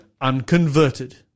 unconverted